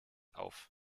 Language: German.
auf